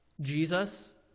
Jesus